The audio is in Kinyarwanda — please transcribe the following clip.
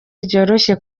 ryoroshye